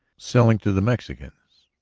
selling to the mexicans.